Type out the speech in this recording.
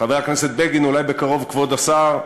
חבר הכנסת בגין, אולי בקרוב כבוד השר,